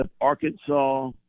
Arkansas